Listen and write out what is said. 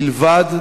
מלבד,